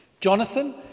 Jonathan